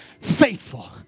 faithful